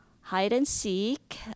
hide-and-seek